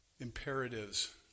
imperatives